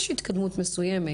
יש התקדמות מסוימת,